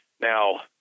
Now